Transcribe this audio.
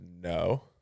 no